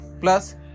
plus